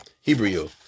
Hebrew